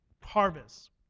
harvest